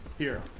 here.